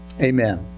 Amen